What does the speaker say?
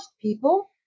people